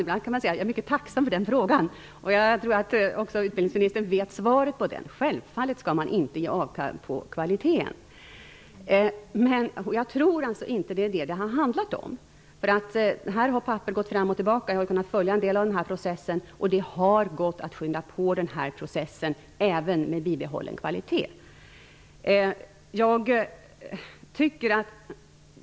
Fru talman! Jag är mycket tacksam över den frågan. Jag tror att utbildningsministern vet svaret på den. Självfallet skall man inte ge avkall på kvaliteten. Jag tror inte att det har handlat om det. I det här fallet har papper skickats fram och tillbaka -- jag har kunnat följa en del av denna process. Det har gått att skynda på den här processen, även med bibehållen kvalitet.